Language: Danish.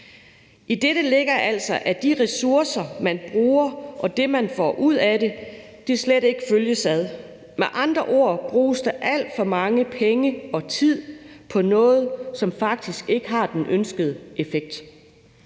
I det ligger altså, at de ressourcer, man bruger, og det, man får ud af det, slet ikke følges ad. Med andre ord bruges der alt for mange penge og alt for meget tid på noget, som faktisk ikke har den ønskede effekt.